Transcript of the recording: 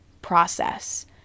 process